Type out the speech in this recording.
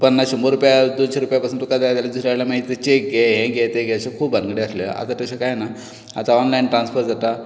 पन्नास शंबर रुपया दोनशें रुपया पासून तुकां जाय जाल्यार दुसऱ्यां कडल्यान मागीर चेक घे हे घे ते घे अशें खूब भानगडी आसले आता तशें कांय ना आता ऑन्लाइन ट्रान्सफर जाता